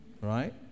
right